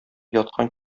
яткан